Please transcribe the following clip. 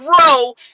grow